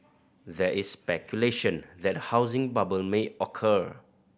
there is speculation that a housing bubble may occur